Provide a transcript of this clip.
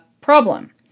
problem